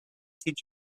teach